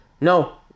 no